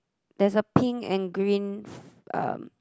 there's a pink and green um